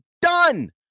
done